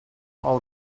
all